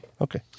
Okay